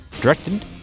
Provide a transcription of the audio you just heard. directed